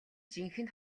жинхэнэ